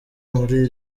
muri